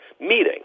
meeting